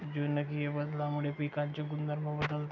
जनुकीय बदलामुळे पिकांचे गुणधर्म बदलतात